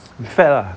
I'm fat lah